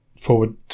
forward